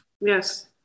Yes